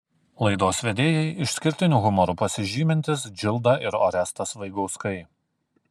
laidos vedėjai išskirtiniu humoru pasižymintys džilda ir orestas vaigauskai